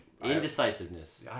Indecisiveness